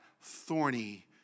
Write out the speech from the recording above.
thorny